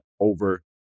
over